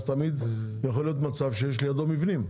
אז תמיד יכול להיות מצב שיש לידו מבנים.